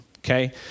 Okay